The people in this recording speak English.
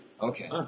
Okay